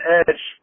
edge